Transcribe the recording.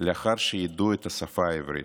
לאחר שידעו את השפה העברית,